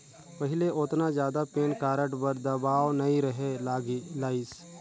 पहिले ओतना जादा पेन कारड बर दबाओ नइ रहें लाइस